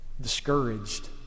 discouraged